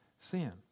sin